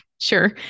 Sure